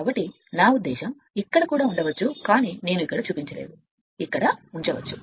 కాబట్టి నా ఉద్దేశ్యం ఇక్కడ కూడా ఉంచవచ్చు కానీ ఇక్కడ చూపించలేదు నేను ఇక్కడ చూపించలేదు నేను ఇక్కడ చూపించలేదు ఇక్కడ ఉంచవచ్చు